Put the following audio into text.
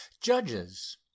Judges